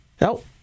no